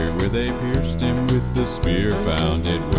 where they pierced him with the spear found it